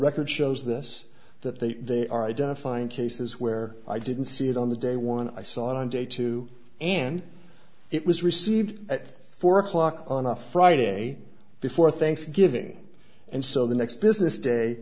record shows this that they are identifying cases where i didn't see it on the day one i saw it on day two and it was received at four o'clock on the friday before thanksgiving and so the next business day